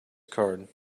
card